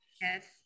yes